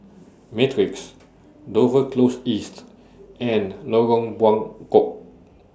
Matrix Dover Close East and Lorong Bengkok